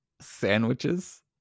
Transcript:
Sandwiches